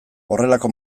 horrelako